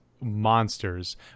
monsters